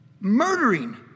murdering